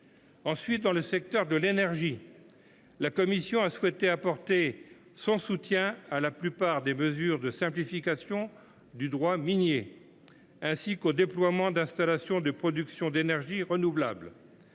Ensuite, dans le secteur de l’énergie, la commission spéciale a souhaité apporter son soutien à la plupart des mesures de simplification du droit minier, ainsi qu’au déploiement d’installations de production d’énergies renouvelables,